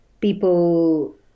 people